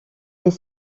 est